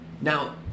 Now